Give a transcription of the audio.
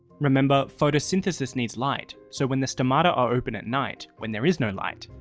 remember, photosynthesis needs light so when the stomata are open at night when there is no light,